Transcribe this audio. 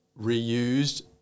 reused